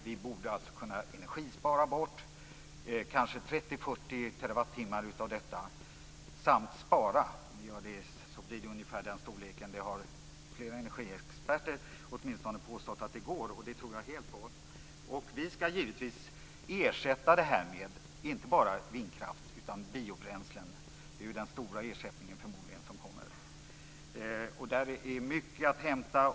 Vi borde kunna spara in kanske 30-40 av dessa terawattimmar. Åtminstone har flera energiexperter påstått att det går, och jag tror helt på det. Vi ska givetvis ersätta denna energibesparing inte bara med vindkraft utan också med energi från biobränslen. Det är förmodligen den stora ersättning som kommer. Därvidlag är mycket att hämta.